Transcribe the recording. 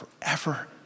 forever